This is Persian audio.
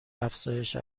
افزایش